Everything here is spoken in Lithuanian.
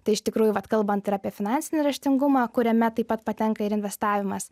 tai iš tikrųjų vat kalbant ir apie finansinį raštingumą kuriame taip pat patenka ir investavimas